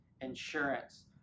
Insurance